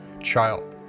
child